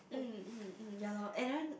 mm mm mm ya lor and then